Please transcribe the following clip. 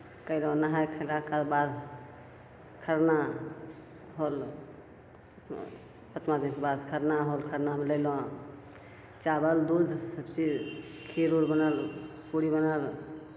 कएलहुँ नहाइ खएलाके बाद खरना होल कतना दिन बाद खरना होल खरनामे लैलहुँ चावल दूध सबचीज खीर उर बनल पूड़ी बनल